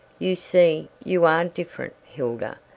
you see, you are different, hilda.